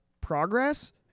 progress